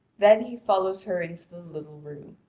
then he followed her into the little room.